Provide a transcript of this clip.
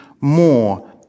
more